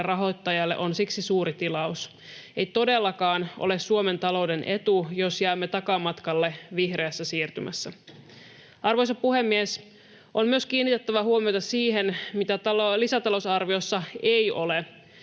rahoittajalle on siksi suuri tilaus. Ei todellakaan ole Suomen talouden etu, jos jäämme takamatkalle vihreässä siirtymässä. Arvoisa puhemies! On myös kiinnitettävä huomiota siihen, mitä lisätalousarviossa ei ole.